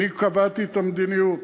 קבעתי את המדיניות.